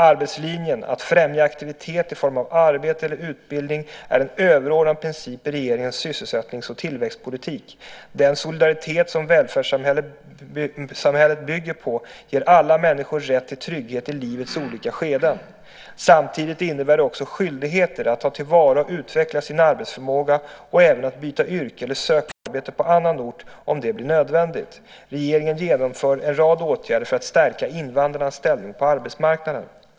Arbetslinjen, att främja aktivitet i form av arbete eller utbildning, är en överordnad princip i regeringens sysselsättnings och tillväxtpolitik. Den solidaritet som välfärdssamhället bygger på ger alla människor rätt till trygghet i livets olika skeden. Samtidigt innebär det också skyldigheter att ta till vara och utveckla sin arbetsförmåga och även att byta yrke eller söka arbete på en annan ort om det blir nödvändigt. Regeringen genomför en rad åtgärder för att stärka invandrarnas ställning på arbetsmarknaden.